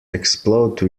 explode